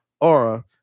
Aura